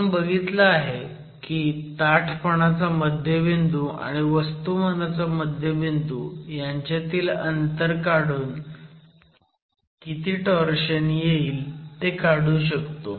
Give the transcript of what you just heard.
आपण बघितलं आहे की ताठपणाचा मध्यबिंदू आणि वस्तुमानाचा मध्यबिंदू यांच्यातील अंतर काढून किती टोर्शन येईल ते काढू शकतो